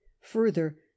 further